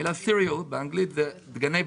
המילה "סיריאל", באנגלית היא דגני בוקר.